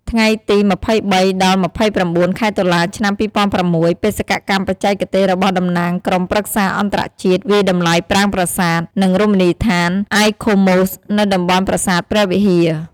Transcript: ថ្ងៃទី២៣ ដល់២៩ ខែតុលា ឆ្នាំ២០០៦ បេសកកម្មបច្ចេកទេសរបស់តំណាងក្រុមព្រឹក្សាអន្តរជាតិវាយតម្លៃប្រាង្គប្រាសាទ និងរមណីយដ្ឋាន ICOMOS នៅតំបន់ប្រាសាទព្រះវិហារ។